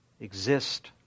exist